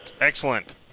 Excellent